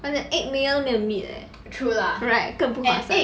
but the egg mayo 没有 meat leh right 更不划算